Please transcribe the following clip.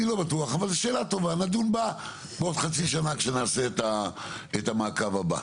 זאת שאלה טובה ונדון בה בעוד חצי שנה כשנעשה את המעקב הבא.